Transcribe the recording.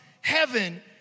heaven